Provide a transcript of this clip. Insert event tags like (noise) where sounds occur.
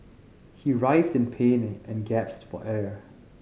he writhed in pain and gasped (unintelligible) for air